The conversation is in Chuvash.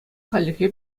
хальлӗхе